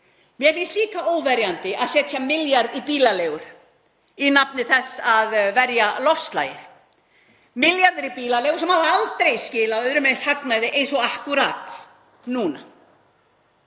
Mér finnst líka óverjandi að setja milljarð í bílaleigur í nafni þess að verja loftslagið. Milljarður í bílaleigur sem hafa aldrei skilað öðrum eins hagnaði eins og akkúrat núna.